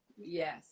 Yes